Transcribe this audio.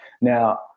now